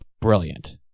brilliant